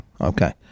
okay